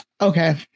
okay